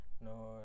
No